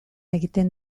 egiten